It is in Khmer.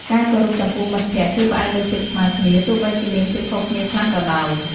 ការគោរពចំពោះមិត្តភក្តិគឺផ្អែកលើភាពស្មើគ្នា ទោះបីជាមានភាពខុសគ្នាខ្លះក៏ដោយ។